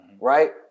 right